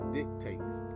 dictates